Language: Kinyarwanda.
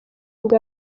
bwa